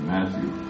Matthew